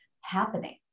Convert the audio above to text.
happening